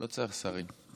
לא צריך שרים,